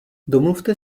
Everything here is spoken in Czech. domluvte